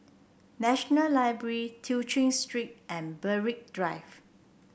National Library Tew Chew Street and Berwick Drive